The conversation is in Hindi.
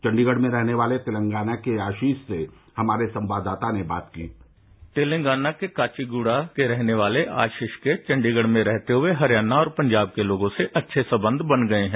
चंडीगढ़ में रहने वाले तेलंगाना के आशीष से हमारे संवाददाता ने बात की तेलंगाना के काचीगुड़ा के रहने वाले आश्रीष के चंडीगढ़ में रहते हुए हरियाणा और पंजाब के लोगों से अच्छे संबंध बन गए हैं